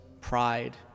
pride